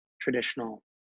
traditional